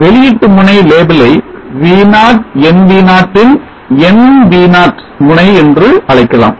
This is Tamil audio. வெளியீட்டு முனை label ஐ V0 NV0 ன் nV0 முனை என்று அழைக்கலாம்